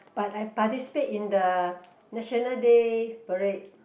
but I participate in the National Day Parade